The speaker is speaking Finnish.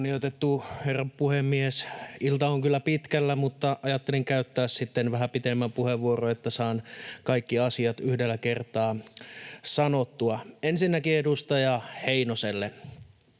Kunnioitettu herra puhemies! Ilta on kyllä pitkällä, mutta ajattelin käyttää sitten vähän pitemmän puheenvuoron, että saan kaikki asiat yhdellä kertaa sanottua. Ensinnäkin edustaja Heinoselle: